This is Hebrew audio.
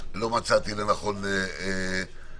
לא מצאתי לנכון לבטלה.